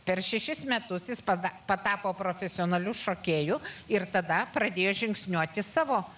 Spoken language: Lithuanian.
per šešis metus jis pada patapo profesionaliu šokėju ir tada pradėjo žingsniuoti savo